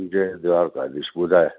जय द्वारकादीश ॿुधाए